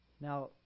Now